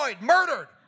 murdered